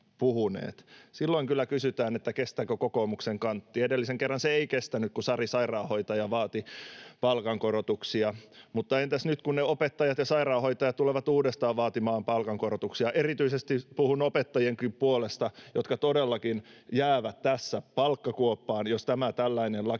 Silloin kyllä kysytään, että kestääkö kokoomuksen kantti. Edellisen kerran se ei kestänyt, kun Sari Sairaanhoitaja vaati palkankorotuksia, mutta entäs nyt, kun ne opettajat ja sairaanhoitajat tulevat uudestaan vaatimaan palkankorotuksia? Erityisesti puhun opettajienkin puolesta, jotka todellakin jäävät tässä palkkakuoppaan, jos tämä tällainen